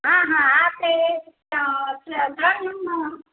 હાં હાં આપણે અ